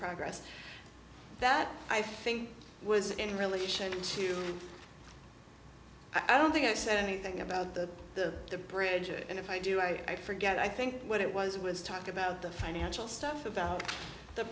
progress that i think was in relation to i don't think i said anything about the the bridge and if i do i forget i think what it was was talk about the financial stuff about the